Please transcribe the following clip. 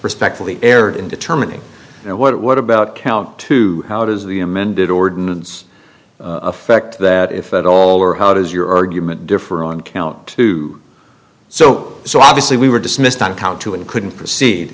respectfully erred in determining what what about count two how does the amended ordinance affect that if at all or how does your argument differ on count two so so obviously we were dismissed on count two and couldn't proceed